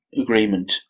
agreement